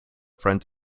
front